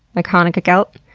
like hanukkah gelt.